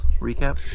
Recap